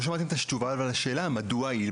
אני לא שמעתי את התשובה לשאלה, מדוע הלל